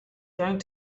going